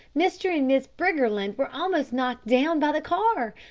mr. and miss briggerland were almost knocked down by the car.